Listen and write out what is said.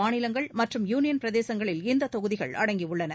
மாநிலங்கள் மற்றும் யூனியன் பிரதேசங்களில் இந்த தொகுதிகள் அடங்கியுள்ளன